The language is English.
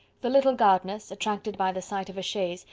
the little gardiners, attracted by the sight of a chaise,